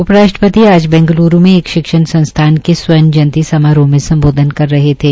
उप राष्ट्रपति आज बैंगलरू में एक शिक्षण संस्थान के स्वर्ण जयंती समारोह में सम्बोधन कर रहे थे